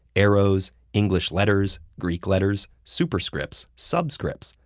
arrows, english letters, greek letters, superscripts, subscripts.